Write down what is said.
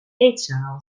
eetzaal